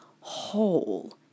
whole